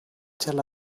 tel